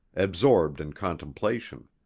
absorbed in contemplation.